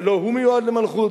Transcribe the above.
לא הוא מיועד למלכות.